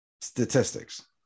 statistics